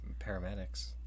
Paramedics